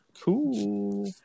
Cool